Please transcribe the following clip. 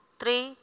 three